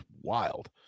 wild